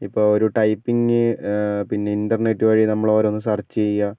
ഇപ്പോൾ ഒരു ടൈപ്പിംഗ് പിന്നെ ഇൻറ്റർനെറ്റ് വഴി നമ്മളോരോന്ന് സർച്ച് ചെയ്യുക